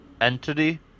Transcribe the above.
entity